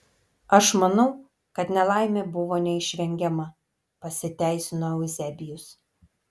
aš manau kad nelaimė buvo neišvengiama pasiteisino euzebijus